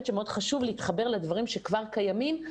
שמאוד חשוב להתחבר לדברים שכבר קיימים,